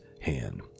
hand